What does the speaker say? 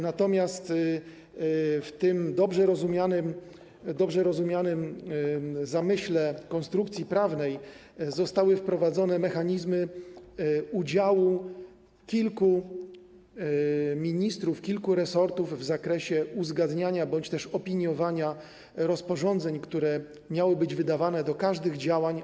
Natomiast w tym dobrze rozumianym zamyśle konstrukcji prawnej zostały wprowadzone mechanizmy udziału kilku ministrów, kilku resortów w zakresie uzgadniania bądź też opiniowania rozporządzeń, które miały być wydawane do każdych działań.